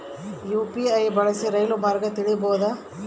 UPI ಬಳಸಿ ರೈಲು ಮಾರ್ಗ ತಿಳೇಬೋದ?